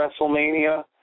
WrestleMania